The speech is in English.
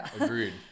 Agreed